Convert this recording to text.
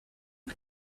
and